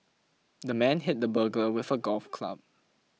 the man hit the burglar with a golf club